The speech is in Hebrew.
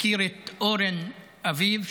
מכיר את אורן אביו,